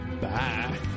Bye